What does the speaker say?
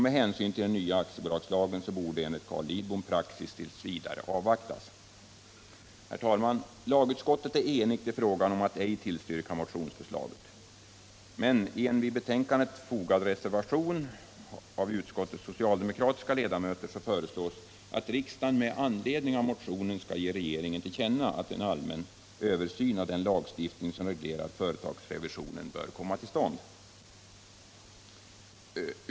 Med hänsyn till den nya aktiebolagslagen borde enligt Carl Lidbom praxis t. v. avvaktas. Herr talman! Lagutskottet är enigt i fråga om att ej tillstyrka motionsförslaget, men i en vid betänkandet fogad reservation av utskottets socialdemokratiska ledamöter föreslås att riksdagen med anledning av motionen skall ge regeringen till känna att en allmän översyn av den lagstiftning som reglerar företagsrevisionen bör komma till stånd.